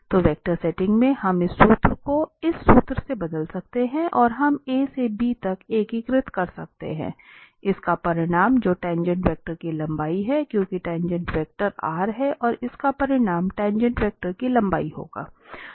तो vector setting में हम इस सूत्र को इस सूत्र से बदल सकते हैं और हम a से b तक एकीकृत कर सकते हैं इसका परिमाण जो टाँगेँट वेक्टर की लंबाई है क्योंकि टाँगेँट वेक्टर r है और इसका परिमाण टाँगेँट वेक्टर की लंबाई होगी